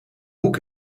boek